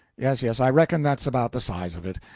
yes, yes, i reckon that's about the size of it.